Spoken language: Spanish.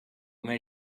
comer